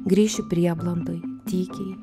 grįšiu prieblandoj tykiai